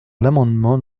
l’amendement